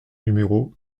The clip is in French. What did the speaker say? numéro